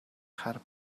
хар